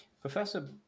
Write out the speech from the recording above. Professor